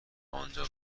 آنجا